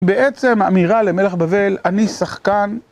בעצם האמירה למלך בבל, אני שחקן